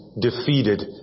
defeated